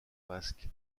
masque